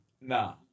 Nah